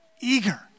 eager